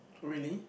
really